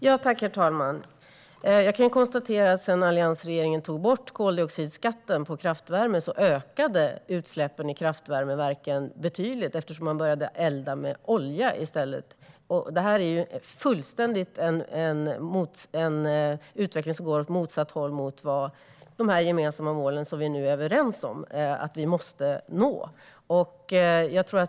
Herr talman! Efter att alliansregeringen tagit bort koldioxidskatten på kraftvärme ökade utsläppen i kraftvärmeverken betydligt eftersom de började elda med olja i stället. Det är en utveckling som går åt fullständigt motsatt håll mot de gemensamma mål som vi är överens om att vi måste nå.